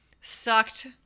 Sucked